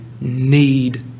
need